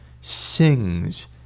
sings